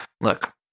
look